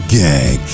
gang